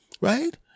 right